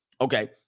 Okay